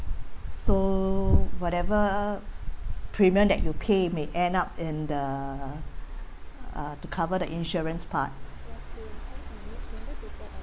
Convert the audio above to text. so whatever premium that you pay may end up in the uh to cover the insurance part ya